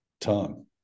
time